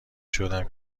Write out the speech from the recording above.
شدم